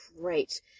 great